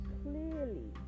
clearly